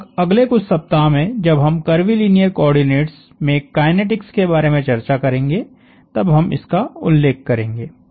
लगभग अगले कुछ सप्ताह में जब हम कर्वीलीनियर कोऑर्डिनेट्स में काइनेटिक्स के बारे में चर्चा करेंगे तब हम इसका उल्लेख करेंगे